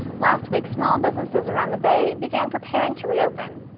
last week small businesses around the bay began preparing to reopen.